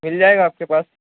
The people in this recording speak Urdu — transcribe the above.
مل جائے گا آپ کے پاس